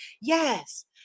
Yes